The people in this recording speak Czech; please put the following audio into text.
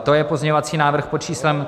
To je pozměňovací návrh pod číslem 7549.